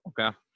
okay